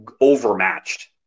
overmatched